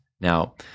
Now